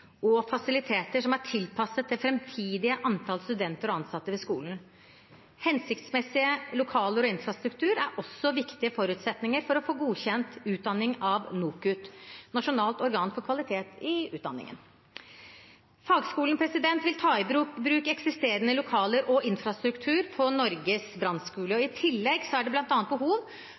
og fasiliteter som er tilpasset det framtidige antallet studenter og ansatte ved skolen. Hensiktsmessige lokaler og infrastruktur er også viktige forutsetninger for å få godkjent utdanning av NOKUT, Nasjonalt organ for kvalitet i utdanningen. Fagskolen vil ta i bruk eksisterende lokaler og infrastruktur på Norges brannskole. I tillegg er det bl.a. behov